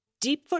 Deepfoot